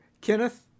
Kenneth